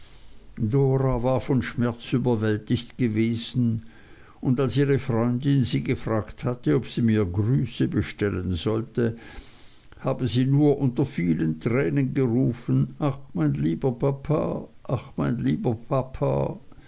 dora war von schmerz überwältigt gewesen und als ihre freundin sie gefragt hatte ob sie mir grüße bestellen sollte habe sie nur unter vielen tränen gerufen ach mein lieber papa ach mein armer papa